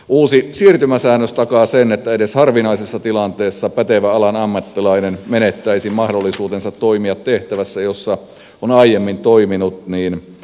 uusi siirtymäsäännös takaa sen että se että edes harvinaisessa tilanteessa pätevä alan ammattilainen menettäisi mahdollisuutensa toimia tehtävässä jossa on aiemmin toiminut estetään